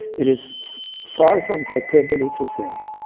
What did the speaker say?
it is far from hyperbole to say